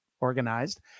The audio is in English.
organized